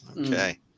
okay